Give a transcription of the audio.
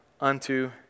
unto